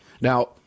Now